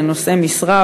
לנושאי משרה,